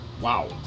Wow